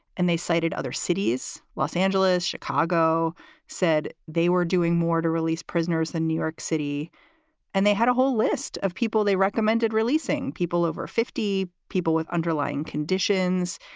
and they cited other cities, los angeles, chicago said they were doing more to release prisoners in new york city and they had a whole list of people. they recommended releasing people, over fifty people with underlying conditions,